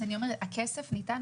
אז אני אומרת: הכסף ניתן,